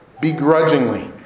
begrudgingly